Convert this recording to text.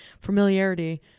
familiarity